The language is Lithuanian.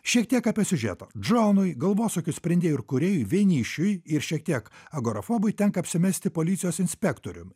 šiek tiek apie siužetą džonui galvosūkių sprendėjui ir kūrėjui vienišiui ir šiek tiek agorafobui tenka apsimesti policijos inspektorium